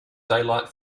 daylight